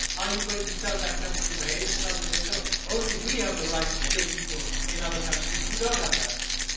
are are you going to tell that country to behave itself and say, no, only we have the right to kill people in other countries. you don't have that right.